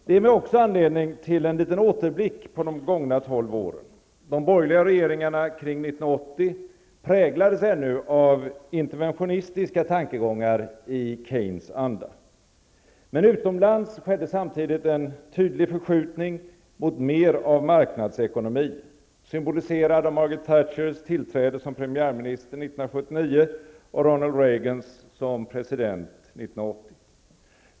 Det ger mig också anledning till en liten återblick på de gångna tolv åren. De borgerliga regeringarna kring 1980 präglades ännu av interventionistiska tankegångar i Keynes anda. Men utomlands skedde en tydlig förskjutning mot mer av marknadsekonomi, symboliserad av Margaret Ronald Reagans som president 1980.